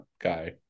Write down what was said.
guy